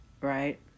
right